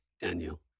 Daniel